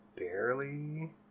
barely